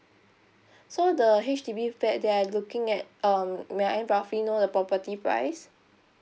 so the H_D_B flat that you're looking at um may I roughly know the property price